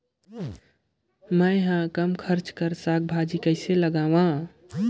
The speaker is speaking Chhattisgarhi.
मैं हवे कम खर्च कर साग भाजी कइसे लगाव?